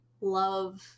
love